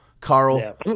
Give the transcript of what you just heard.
Carl